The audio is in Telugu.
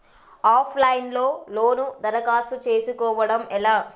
ఆఫ్ లైన్ లో లోను దరఖాస్తు చేసుకోవడం ఎలా?